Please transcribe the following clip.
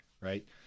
right